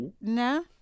No